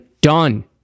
done